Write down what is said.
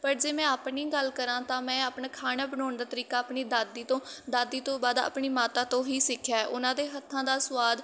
ਪਰ ਜੇ ਮੈਂ ਆਪਣੀ ਗੱਲ ਕਰਾਂ ਤਾਂ ਮੈਂ ਆਪਣਾ ਖਾਣਾ ਬਣਾਉਣ ਦਾ ਤਰੀਕਾ ਆਪਣੀ ਦਾਦੀ ਤੋਂ ਦਾਦੀ ਤੋਂ ਬਾਅਦ ਆਪਣੀ ਮਾਤਾ ਤੋਂ ਹੀ ਸਿੱਖਿਆ ਉਹਨਾਂ ਦੇ ਹੱਥਾਂ ਦਾ ਸਵਾਦ